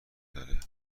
داره